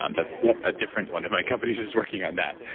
um that's a different. one of my companies is working on that.